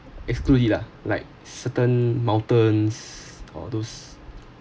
exclude it lah like certain mountains or those